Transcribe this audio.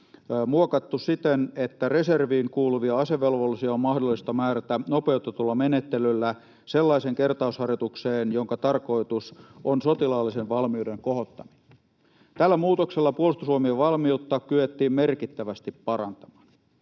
muokattu siten, että reserviin kuuluvia asevelvollisia on mahdollista määrätä nopeutetulla menettelyllä sellaiseen kertausharjoitukseen, jonka tarkoitus on sotilaallisen valmiuden kohottaminen. Tällä muutoksella Puolustusvoimien valmiutta kyettiin merkittävästi parantamaan.